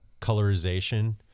colorization